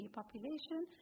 population